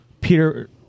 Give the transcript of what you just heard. Peter